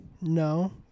No